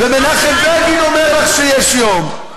ומנחם בגין אומר לך שיש יום,